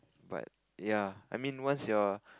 but ya I mean once your